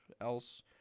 else